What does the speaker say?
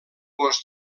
gos